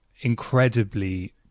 incredibly